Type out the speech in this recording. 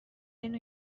اینو